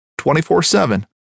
24-7